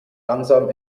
langsam